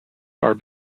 are